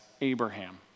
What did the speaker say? Abraham